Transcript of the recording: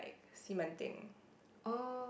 like Xi Men Ding